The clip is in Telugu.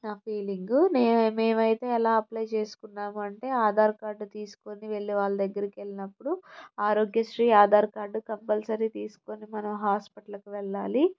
నా ఫీలింగ్ నేను మేము అయితే ఎలా అప్లై చేసుకున్నామంటే ఆధార్ కార్డ్ తీసుకుని వెళ్ళి వాళ్ళ దగ్గరకు వెళ్ళినప్పుడు ఆరోగ్యశ్రీ ఆధార్ కార్డ్ కంపల్సరీ తీసుకొని మనం హాస్పిటల్కు వెళ్ళాలి